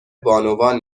بانوان